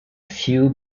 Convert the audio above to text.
few